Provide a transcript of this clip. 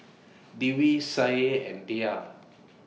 Dwi Syah and Dhia